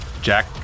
jack